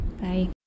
bye